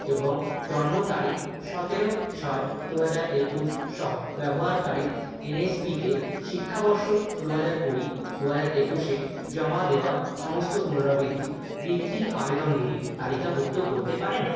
এবং জন্ম তারিখ সতেরো ছয় দু হাজার একুশ সহ ব্যবহারকারীর এন এস পিতে শিক্ষাবর্ষ দু হাজার কুড়ি দু হাজার একুশে জমা দেওয়ার সমস্ত পুনরাবৃত্তি বৃত্তির আবেদনগুলি তালিকাভুক্ত করতে পারেন